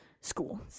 School